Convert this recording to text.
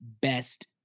best